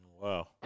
Wow